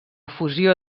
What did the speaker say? fusió